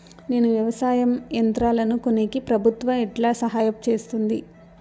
నేను వ్యవసాయం యంత్రాలను కొనేకి ప్రభుత్వ ఎట్లా సహాయం చేస్తుంది?